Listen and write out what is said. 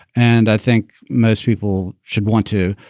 and i think most people should want to.